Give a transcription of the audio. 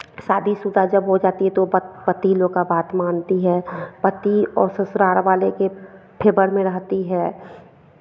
शादीशुदा जब हो जाती है तो बत पति लोग का बात मानती है पति और ससुराल वालों के फेवर में रहती है